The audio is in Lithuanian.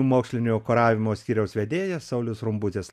mokslinio kuravimo skyriaus vedėjas saulius rumbutis